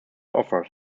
offers